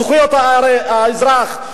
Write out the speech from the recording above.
זכויות האזרח,